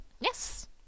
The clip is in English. yes